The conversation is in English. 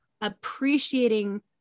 appreciating